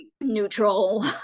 neutral